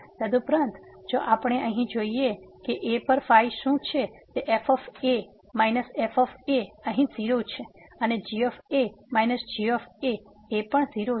તદુપરાંત જો આપણે અહીં જોઈએ કે a પર ϕ શું છે તે f f અહીં 0 છે અને g g એ પણ 0 છે